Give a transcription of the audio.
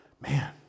man